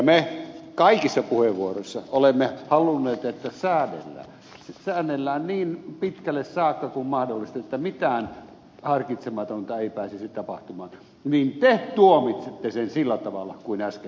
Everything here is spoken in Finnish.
me kaikissa puheenvuoroissa olemme halunneet että säännellään säännellään niin pitkälle saakka kuin mahdollista että mitään harkitsematonta ei pääsisi tapahtumaan mutta te tuomitsitte sen sillä tavalla kuin äsken teitte